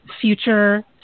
future